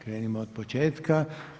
Krenimo od početka.